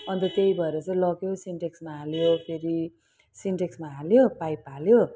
अन्त त्यही भएर चाहिँ लग्यो सिन्टेक्समा हाल्यो फेरि सिन्टेक्समा हाल्यो पाइप हाल्यो